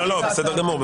לא, בסדר גמור.